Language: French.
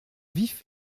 vif